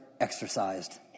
exercised